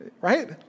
right